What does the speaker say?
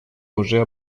уже